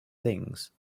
things